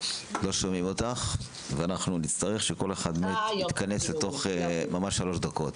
אנחנו נצטרך שכל אחד יתכנס לשלוש דקות,